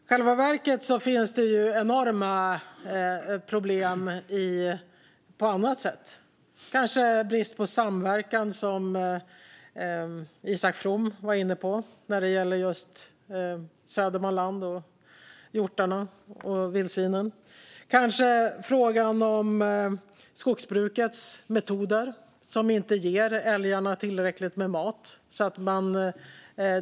I själva verket finns det enorma problem på andra sätt. Det kanske gäller brist på samverkan, som Isak From var inne på när det gäller Södermanland och hjortarna och vildsvinen. Det kanske gäller frågan om skogsbrukets metoder, som gör att älgarna inte får tillräckligt med mat.